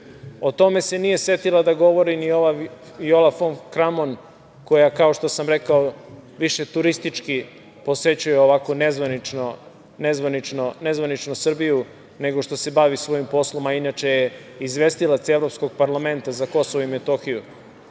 O tome se nije setila da govori ni ova Viola fon Kramon koja, kao što sam rekao, više turistički posećuje, ovako nezvanično, Srbiju nego što se bavi svojim poslom, a inače je izvestilac Evropskog parlamenta za Kosovo i Metohiju.